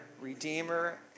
redeemer